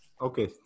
Okay